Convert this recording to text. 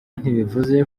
ntibivuze